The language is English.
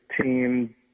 team